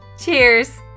Cheers